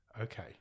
Okay